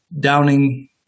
Downing